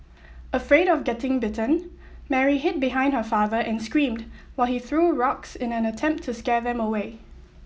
afraid of getting bitten Mary hid behind her father and screamed while he threw rocks in an attempt to scare them away